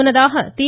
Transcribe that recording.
முன்னதாக தி